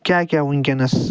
کیٚاہ کیٚاہ وٕنکٮ۪نس